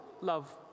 love